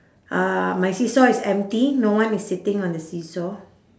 uh my seesaw is empty no one is sitting on the seesaw